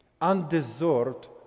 undeserved